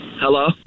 Hello